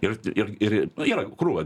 ir ir ir yra krūva